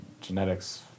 genetics